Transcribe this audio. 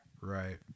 Right